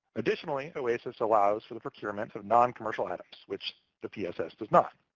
additionally, oasis allows for the procurement of non-commercial items, which the pss does not.